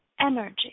energy